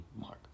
mark